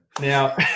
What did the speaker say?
Now